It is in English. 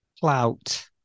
clout